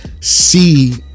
see